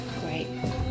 Great